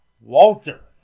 Walter